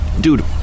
Dude